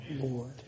Lord